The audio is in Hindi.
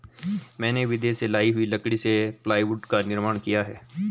मैंने विदेश से लाई हुई लकड़ी से प्लाईवुड का निर्माण किया है